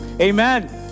Amen